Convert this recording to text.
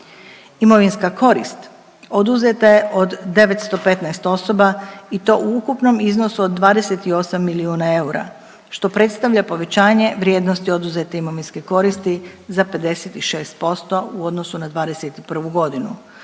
Imovinska korist oduzeta je od 915 osoba i to u ukupnom iznosu od 28 milijuna eura što predstavlja povećanje vrijednosti oduzete imovinske koristi za 56% u odnosu na '21. godinu.